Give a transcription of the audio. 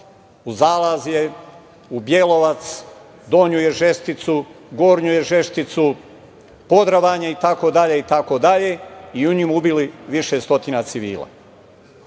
u Zalazje, u Bjelovac, Donju Ježesticu, Gornju Ježesticu, Podravanje itd. i u njima ubili više stotina civila. Što